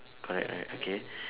correct correct okay